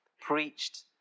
preached